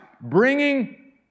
bringing